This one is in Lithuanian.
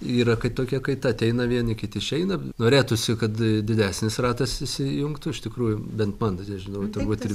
yra kaip tokia kaita ateina vieni kiti išeina norėtųsi kad didesnis ratas įsijungtų iš tikrųjų bent bandote žinau turbūt ir